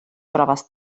proves